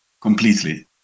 completely